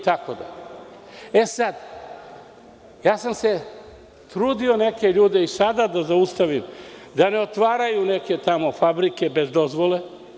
Trudio sam se, neke ljude i sada da zaustavim, da ne otvaraju neke tamo fabrike bez dozvole.